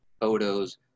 photos